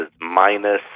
minus